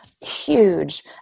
huge